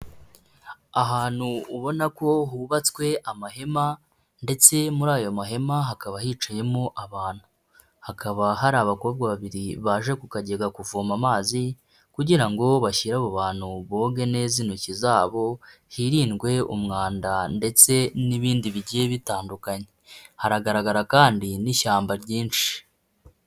Ahantu ubona ko hubatswe amahema ndetse muri ayo mahema hakaba hicayemo abantu. Hakaba hari abakobwa babiri baje ku kajyaga kuvoma amazi kugira ngo bashyire abo bantu boge neza intoki zabo, hirindwe umwanda ndetse n'ibindi bigiye bitandukanye. Haragaragara kandi n'ishyamba ryinshi.